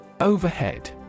Overhead